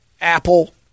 Apple